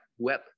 web